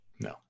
No